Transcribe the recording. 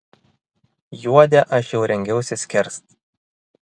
juodę aš jau rengiausi skerst